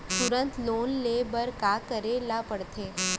तुरंत लोन ले बर का करे ला पढ़थे?